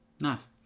nice